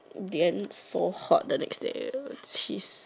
then so hot the next day which is